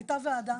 הייתה ועדה.